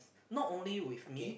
not only with me